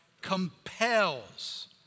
Compels